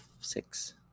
six